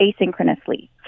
asynchronously